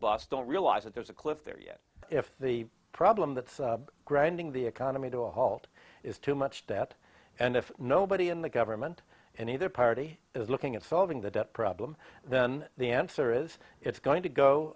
bus don't realize that there's a cliff there yet if the problem that's grinding the economy to a halt is too much debt and if nobody in the government and either party is looking at solving the debt problem then the answer is it's going to go